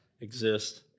exist